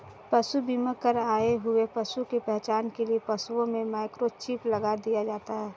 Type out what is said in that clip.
पशु बीमा कर आए हुए पशु की पहचान के लिए पशुओं में माइक्रोचिप लगा दिया जाता है